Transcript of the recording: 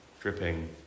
dripping